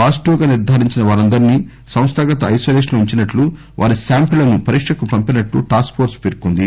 positive గా నిర్ధారించిన వారందరిని సంస్థాగత ఐసోలేషన్ లో ఉంచినట్లు వారి శాంపిల్లను పరీక్షకు పంపినట్లు టాస్క్ ఫోర్స్ పెర్కొంది